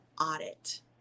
audit